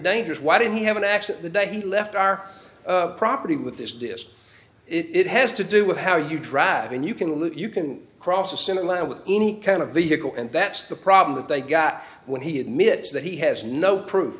dangerous why did he have an axe the day he left our property with this this it has to do with how you drive and you can lose you can cross in atlanta with any kind of vehicle and that's the problem that they got when he admits that he has no proof